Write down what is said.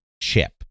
chip